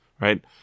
right